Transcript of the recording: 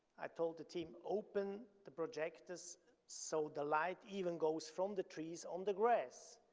i told the team, open the projectors so the light even goes from the trees on the grass.